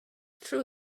true